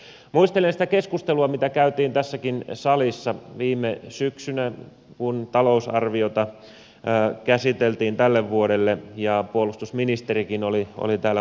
muistelen sitä keskustelua mitä käytiin tässäkin salissa viime syksynä kun talousarviota käsiteltiin tälle vuodelle ja puolustusministerikin oli täällä mukana